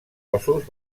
ossos